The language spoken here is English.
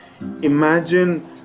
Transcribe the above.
imagine